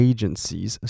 Agencies